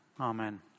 Amen